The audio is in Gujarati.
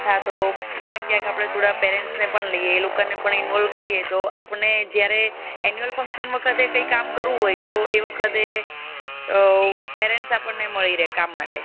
હા તો ક્યાંક ક્યાંક થોડા આપણે પેરેન્ટ્સને પણ લઈએ એ લોકાને પણ ઇનવોલ્વ કરીએ તો આપણે જ્યારે એન્યુઅલ ફંક્શન વખતે કંઈક કામ કરવું હોય તો એ વખતે પેરેન્ટ્સ આપનને મળી રહે કામ માટે